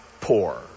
poor